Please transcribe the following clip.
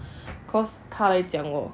cause 他来讲过